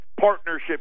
Partnership